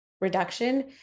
reduction